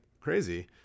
crazy